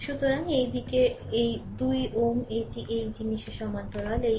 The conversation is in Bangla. সুতরাং এই দিকে এটি 2 Ω এটি এই জিনিসটির সমান্তরাল